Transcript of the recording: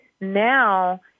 now